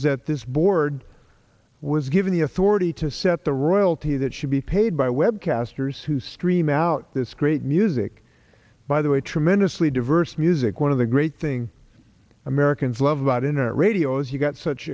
that this board was given the authority to set the royalty that should be paid by web casters who stream out this great music by the way tremendously diverse music one of the great thing americans love about internet radio is you've got such